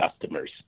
customers